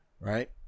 Right